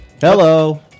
Hello